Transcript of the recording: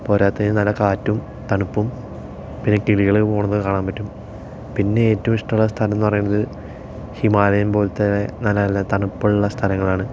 പോരാത്തതിന് നല്ല കാറ്റും തണുപ്പും പിന്നെ കിളികൾ പോകുന്നത് കാണാന് പറ്റും പിന്നെ ഏറ്റവും ഇഷ്ടമുള്ള സ്ഥലം എന്ന് പറയുന്നത് ഹിമാലയം പോലത്തെ നല്ല നല്ല തണുപ്പുള്ള സ്ഥലങ്ങളാണ്